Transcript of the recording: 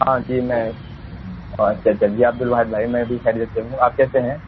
ہاں جی میں اچھا اچھا جی عبدالواحد بھائی میں بھی خیریت سے ہوں آپ کیسے ہیں